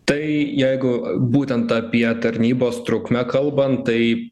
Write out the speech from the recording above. tai jeigu būtent apie tarnybos trukmę kalbant tai